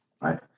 right